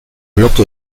bloke